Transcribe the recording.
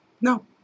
No